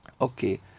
okay